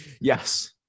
Yes